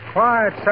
Quiet